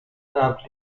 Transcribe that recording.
قبلیش